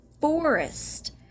forest